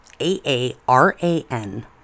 A-A-R-A-N